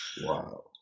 Wow